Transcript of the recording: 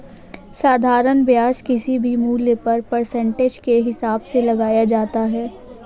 साधारण ब्याज किसी भी मूल्य पर परसेंटेज के हिसाब से लगाया जाता है